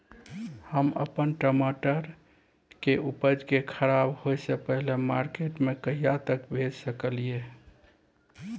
हम अपन टमाटर के उपज के खराब होय से पहिले मार्केट में कहिया तक भेज सकलिए?